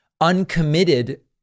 Uncommitted